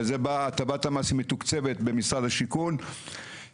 וזה בהטבת המס היא מתוקצבת במשרד השיכון,